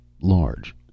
large